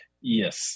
Yes